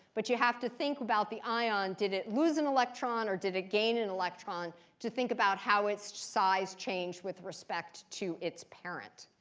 but you have to think about the ion did it lose an electron, or did it gain an electron to think about how its size changed with respect to its parent.